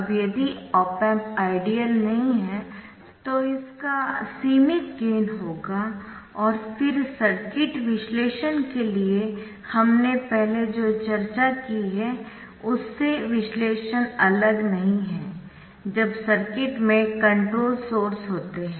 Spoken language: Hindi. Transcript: अब यदि ऑप एम्प आइडियल नहीं है तो इसका सीमित गेन होगा और फिर सर्किट विश्लेषण के लिए हमने पहले जो चर्चा की है उससे विश्लेषण अलग नहीं है जब सर्किट में कंट्रोल सोर्स होते है